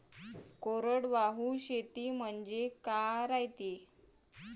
कोरडवाहू शेती म्हनजे का रायते?